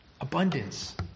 Abundance